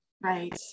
Right